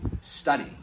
study